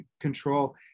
control